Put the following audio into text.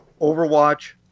Overwatch